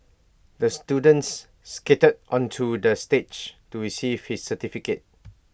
the students skated onto the stage to receive his certificate